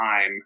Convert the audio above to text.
time